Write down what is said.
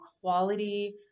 quality